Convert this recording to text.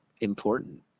important